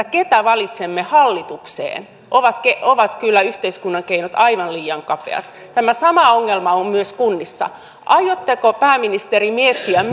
keitä valitsemme hallitukseen ovat kyllä yhteiskunnan keinot aivan liian kapeat tämä sama ongelma on myös kunnissa aiotteko pääministeri miettiä